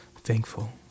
thankful